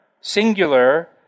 singular